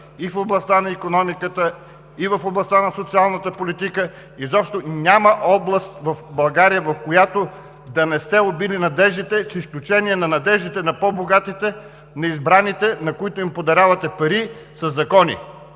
и в областта на икономиката, и в областта на социалната политика. Изобщо няма област в България, в която да не сте убили надеждите, с изключение на надеждите на по-богатите, на избраните, на които им подарявате пари със закони,